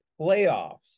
playoffs